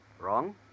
Wrong